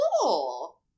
cool